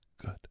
Good